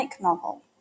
novel